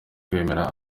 kwemera